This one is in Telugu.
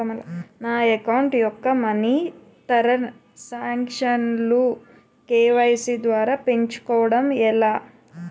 నా అకౌంట్ యెక్క మనీ తరణ్ సాంక్షన్ లు కే.వై.సీ ద్వారా పెంచుకోవడం ఎలా?